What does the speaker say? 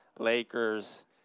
lakers